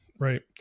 Right